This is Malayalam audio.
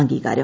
അംഗീകാരം